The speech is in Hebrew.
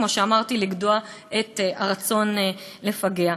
כפי שאמרתי, לגדוע את הרצון לפגע.